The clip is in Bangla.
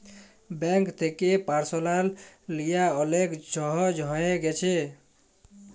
ব্যাংক থ্যাকে পারসলাল লিয়া অলেক ছহজ হঁয়ে গ্যাছে